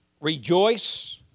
Rejoice